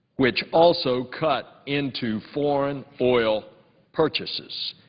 which also cut into foreign oil purchases.